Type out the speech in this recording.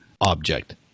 object